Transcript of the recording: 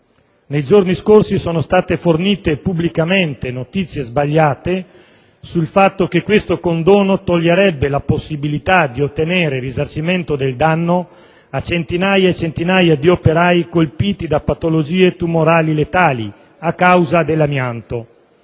Nei giorni scorsi, sono state fornite pubblicamente notizie sbagliate sul fatto che questo condono negherebbe la possibilità a centinaia e centinaia di operai colpiti da patologie tumorali letali, a causa dell'amianto,